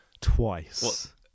twice